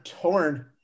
torn